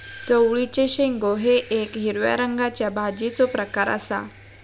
चवळीचे शेंगो हे येक हिरव्या रंगाच्या भाजीचो प्रकार आसा